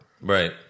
Right